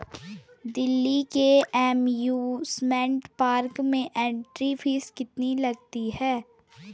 दिल्ली के amusement park में entry fee कितनी लगती है?